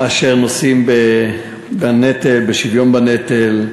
אשר נושאים בנטל, בשוויון בנטל,